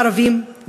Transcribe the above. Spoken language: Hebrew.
ערבים,